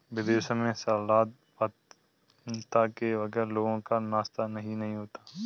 विदेशों में सलाद पत्ता के बगैर लोगों का नाश्ता ही नहीं होता